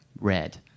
red